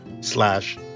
slash